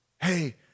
Hey